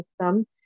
system